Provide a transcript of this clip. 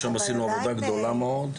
ושם עשינו עבודה גדולה מאוד.